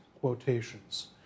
quotations